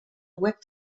web